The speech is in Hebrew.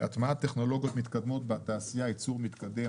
הטמעת טכנולוגיות מתקדמות בתעשייה, ייצור מתקדם.